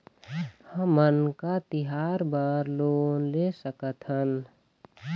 हमन का तिहार बर लोन ले सकथन?